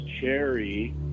cherry